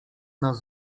nas